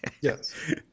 Yes